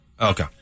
Okay